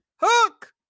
Hook